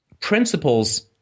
principles